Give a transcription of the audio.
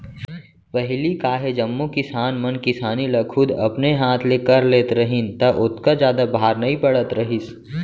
पहिली का हे जम्मो किसान मन किसानी ल खुद अपने हाथ ले कर लेत रहिन त ओतका जादा भार नइ पड़त रहिस